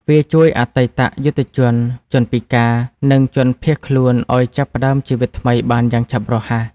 វាជួយអតីតយុទ្ធជន ជនពិការ និងជនភៀសខ្លួនឱ្យចាប់ផ្តើមជីវិតថ្មីបានយ៉ាងឆាប់រហ័ស។